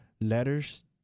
letters